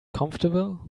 comfortable